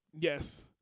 Yes